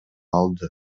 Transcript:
алды